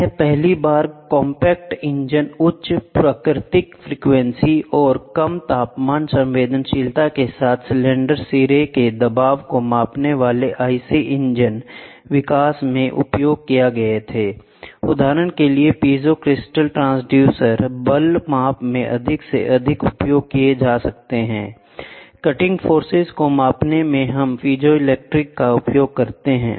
यह पहली बार कॉम्पैक्ट इंजन उच्च प्राकृतिक फ्रिकवेंसी और कम तापमान संवेदनशीलता के साथ सिलेंडर सिर के दबाव को मापने वाले आईसी इंजन विकास में उपयोग किए गए थे उदाहरण के लिए पीजो क्रिस्टल ट्ट्रांसड्यूसर बल माप में अधिक से अधिक उपयोग किए जा रहे हैं कटिंग फोर्स को मापने में हम पीजो क्रिस्टल का उपयोग करते हैं